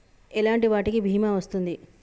ఎలాంటి వాటికి బీమా వస్తుంది?